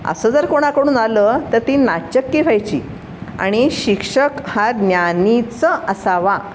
असं जर कोणाकडून आलं तर ती नाचक्की व्हायची आणि शिक्षक हा ज्ञानीच असावा